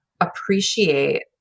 appreciate